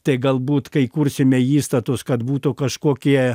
tai galbūt kai kursime įstatus kad būtų kažkokie